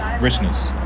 richness